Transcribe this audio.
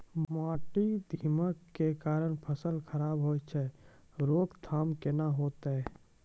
माटी म दीमक के कारण फसल खराब होय छै, रोकथाम केना होतै?